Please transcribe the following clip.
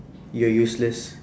you're useless